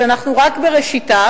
אנחנו רק בראשיתה,